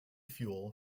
fuel